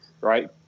right